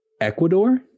Ecuador